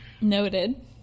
Noted